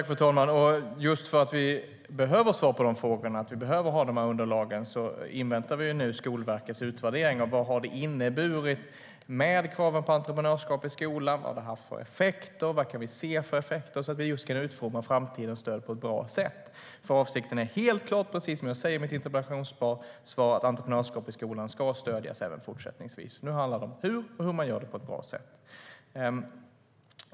Fru talman! Just för att vi behöver svar på de frågorna och behöver de underlagen inväntar vi nu Skolverkets utvärdering av vad kraven på entreprenörskap har inneburit och haft för effekter så att vi kan utforma framtidens stöd på ett bra sätt. Avsikten är helt klart, precis som jag säger i mitt interpellationssvar, att entreprenörskap i skolan ska stödjas även fortsättningsvis. Nu handlar det om hur man gör det på ett bra sätt.